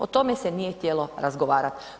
O tome se nije htjelo razgovarati.